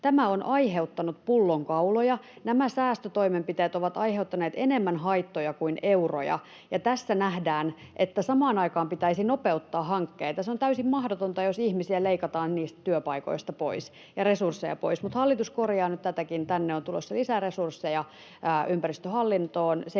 Tämä on aiheuttanut pullonkauloja. Nämä säästötoimenpiteet ovat aiheuttaneet enemmän haittoja kuin euroja, ja tässä nähdään, että samaan aikaan pitäisi nopeuttaa hankkeita. Se on täysin mahdotonta, jos ihmisiä ja resursseja leikataan niistä työpaikoista pois. Mutta hallitus korjaa nyt tätäkin. Tänne on tulossa lisäresursseja ympäristöhallintoon